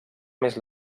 més